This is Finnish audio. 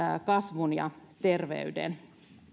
kasvun ja terveyden